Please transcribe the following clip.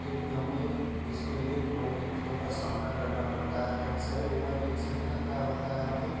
जो कि हमें इसके लिए बहुत दिक्कतों का सामना करना पड़ता है एक्सरे हुआ तो एक्सरे का क्या होता है यहाँ पर